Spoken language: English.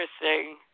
interesting